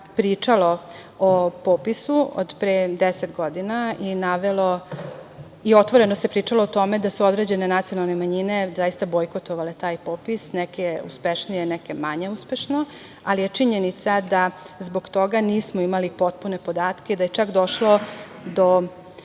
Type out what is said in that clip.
pričalo o popisu od pre deset godina i otvoreno se pričalo o tome da su određene nacionalne manjine zaista bojkotovale taj popis, neke uspešnije, neke manje uspešno, ali je činjenica da zbog toga nismo imali potpune podatke, da je čak došlo do